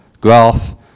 graph